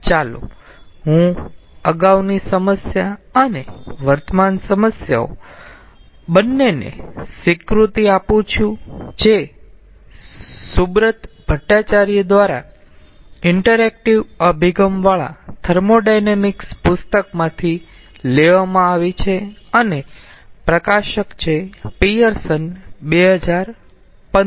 ચાલો હું અગાઉની સમસ્યા અને વર્તમાન સમસ્યાઓ બંનેને સ્વીકૃતિ આપું છુ જે સુબ્રત ભટ્ટાચાર્ય દ્વારા ઇન્ટરેક્ટિવ અભિગમવાળા થર્મોોડાયનેમિક્સ પુસ્તકમાંથી લેવામાં આવી છે અને પ્રકાશક છે પિયર્સન 2015